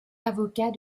avocat